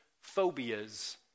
phobias